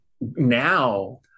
now